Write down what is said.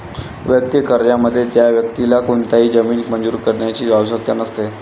वैयक्तिक कर्जामध्ये, त्या व्यक्तीला कोणताही जामीन मंजूर करण्याची आवश्यकता नसते